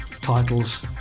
titles